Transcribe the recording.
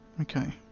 Okay